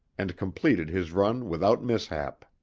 and completed his run without mishap.